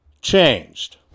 changed